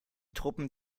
truppen